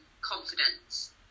confidence